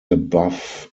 above